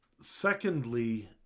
Secondly